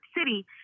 City